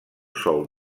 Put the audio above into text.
sol